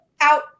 out